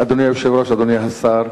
אדוני היושב-ראש, אדוני השר,